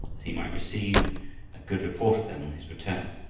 he might receive a good report of them on his return.